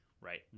right